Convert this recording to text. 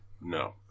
No